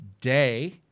day